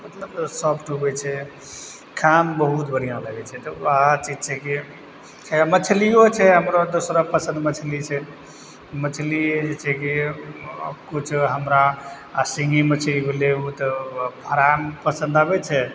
तऽ मतलब सॉफ्ट होइ छै खाइमे बहुत बढ़िआंँ लगय छै तऽ वएह चीज छै कि मछलियो छै हमरो दूसरा पसन्द मछली छै मछली जे छै कि किछु हमरा आओर सिङ्गही मछली भेलय उ तऽ पसन्द आबय छै